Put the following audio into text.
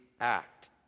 act